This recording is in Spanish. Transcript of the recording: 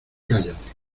cállate